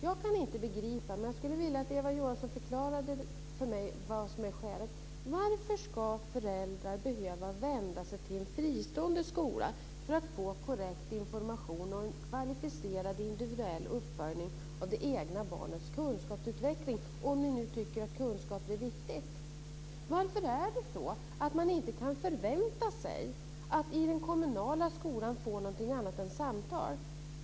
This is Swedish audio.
Jag kan inte begripa det, men jag skulle vilja att Eva Johansson förklarade för mig vilket skälet är. Varför ska föräldrar behöva vända sig till en fristående skola för att få korrekt information och en kvalificerad individuell uppföljning av det egna barnets kunskapsutveckling - om ni nu tycker att kunskap är viktigt? Varför kan man inte förvänta sig att i den kommunala skolan få någonting annat än samtal?